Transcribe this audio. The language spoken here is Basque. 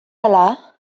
ala